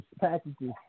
packages